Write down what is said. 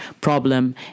problem